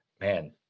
man